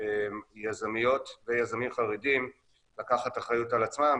יזמיות ויזמים חרדים לקחת אחריות על עצמם,